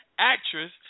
Actress